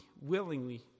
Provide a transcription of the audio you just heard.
willingly